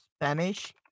Spanish